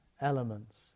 elements